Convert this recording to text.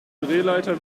drehleiter